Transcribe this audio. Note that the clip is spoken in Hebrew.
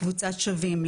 לקבוצת שווים,